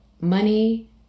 money